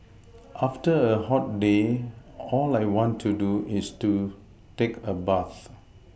after a hot day all I want to do is take a bath